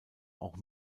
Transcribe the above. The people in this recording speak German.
auch